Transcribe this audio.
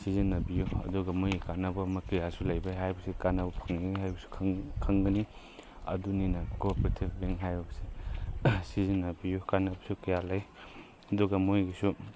ꯁꯤꯖꯤꯟꯅꯕꯤꯎ ꯑꯗꯨꯒ ꯃꯣꯏꯒꯤ ꯀꯥꯟꯅꯕ ꯀꯌꯥꯁꯨ ꯂꯩꯕꯒꯤ ꯍꯥꯏꯕꯁꯤ ꯀꯥꯟꯅꯕ ꯐꯪꯒꯅꯤ ꯍꯥꯏꯕꯁꯨ ꯈꯪꯒꯅꯤ ꯑꯗꯨꯅꯤꯅ ꯀꯣ ꯑꯣꯄꯔꯦꯇꯤꯞ ꯕꯦꯡꯛ ꯍꯥꯏꯕꯁꯤ ꯁꯤꯖꯤꯟꯅꯕꯤꯎ ꯀꯥꯟꯅꯕꯁꯨ ꯀꯌꯥ ꯂꯩ ꯑꯗꯨꯒ ꯃꯣꯏꯒꯤꯁꯨ